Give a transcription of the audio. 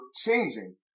changing